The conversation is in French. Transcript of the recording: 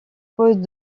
poste